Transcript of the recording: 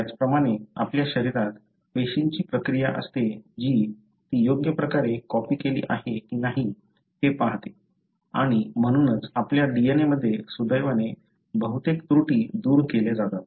त्याचप्रमाणे आपल्या शरीरात पेशींची प्रक्रिया असते जी ती योग्य प्रकारे कॉपी केली आहे की नाही हे पाहते आणि म्हणूनच आपल्या DNA मध्ये सुदैवाने बहुतेक त्रुटी दूर केल्या जातात